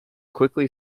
quickly